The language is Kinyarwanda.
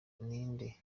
ninde